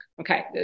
okay